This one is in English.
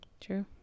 true